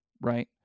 right